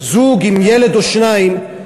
זוג עם ילד או שניים,